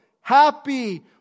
Happy